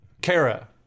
Kara